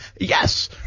Yes